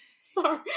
sorry